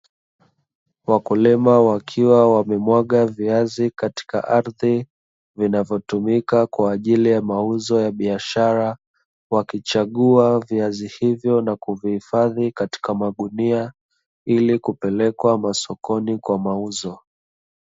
Wakulima wakiwa wamemwaga viazi katika ardhi, vinavyotumika kwa ajili ya mauzo ya biashara, wakichagua viazi hivyo na kuvihifadhi katika magunia, ili kupelekwa sokoni kwa mauzo.